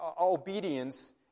obedience